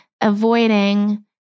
avoiding